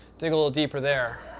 dig a little deeper there.